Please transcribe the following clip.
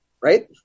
Right